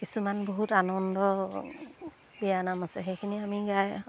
কিছুমান বহুত আনন্দ বিয়ানাম আছে সেইখিনি আমি গাই